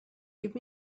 give